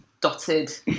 dotted